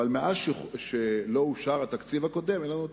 אבל מאז שלא אושר התקציב הקודם אין לנו תקציב"?